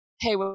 hey